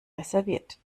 reserviert